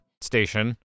station